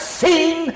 seen